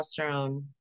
testosterone